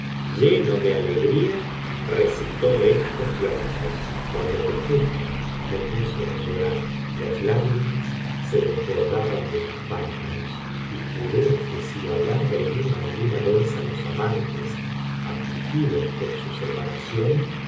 lleno de alegría recitó estos versos i guando te fuiste rae puse á llorar y las lágrimas e desbordaban de mis párpados y juré que si alah reunía alguna vez á los amantes afligidos por su separación